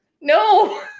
No